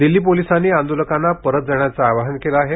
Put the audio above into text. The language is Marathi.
दिल्ली पोलिसांनी आंदोलकांना परत जाण्याचं आवाहन केलं आहे